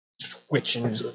Switching